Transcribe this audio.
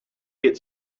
get